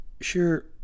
sure